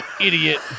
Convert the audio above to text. Idiot